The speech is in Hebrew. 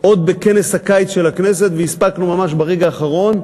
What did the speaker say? עוד בכנס הקיץ של הכנסת, והספקנו ממש ברגע האחרון,